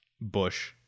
Bush